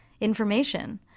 information